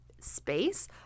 space